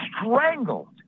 strangled